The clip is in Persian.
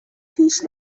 پیش